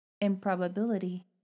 improbability